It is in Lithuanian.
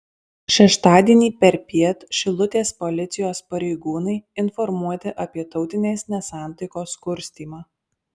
šeštadienį perpiet šilutės policijos pareigūnai informuoti apie tautinės nesantaikos kurstymą